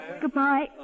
Goodbye